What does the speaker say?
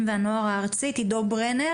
יהיו חופפים כמה שאפשר לימי החופשה של ההורים,